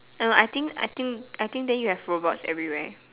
I know I think I think I think then you have robots everywhere